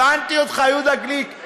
הבנתי אותך, יהודה גליק.